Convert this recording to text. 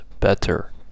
better